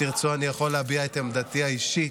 אם תרצו, אני יכול להביע את עמדתי האישית,